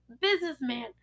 businessman